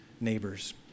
neighbors